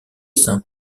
saint